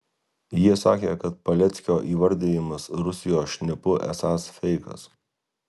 jie sakė kad paleckio įvardijimas rusijos šnipu esąs feikas